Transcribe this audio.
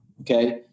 okay